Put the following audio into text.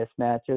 mismatches